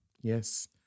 Yes